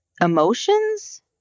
emotions